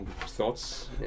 Thoughts